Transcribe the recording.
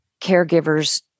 caregivers